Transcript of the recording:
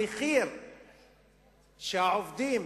המחיר שהעובדים